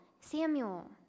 Samuel